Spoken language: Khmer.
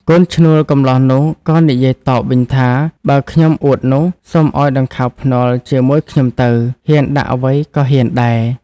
កូនឈ្នួលកំលោះនោះក៏និយាយតបវិញថា "បើខ្ញុំអួតនោះ សុំឲ្យដង្ខៅភ្នាល់ ជាមួយខ្ញុំទៅ ហ៊ានដាក់អ្វីក៏ហ៊ានដែរ”។